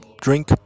drink